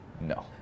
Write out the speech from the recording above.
No